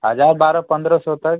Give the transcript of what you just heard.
हजार बारह पन्द्रह सौ तक